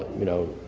you know,